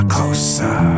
Closer